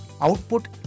output